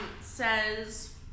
says